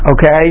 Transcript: Okay